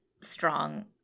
strong